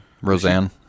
Roseanne